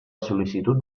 sol·licitud